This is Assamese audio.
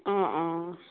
অঁ অঁ